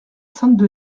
sainte